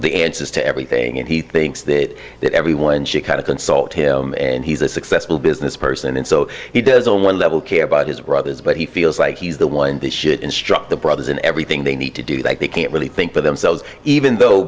the answers to everything and he thinks that that everyone she kind of consult him and he's a successful business person and so he does on one level care about his brothers but he feels like he's the one that shit instruct the brothers in everything they need to do that they can't really think for themselves even though